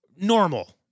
normal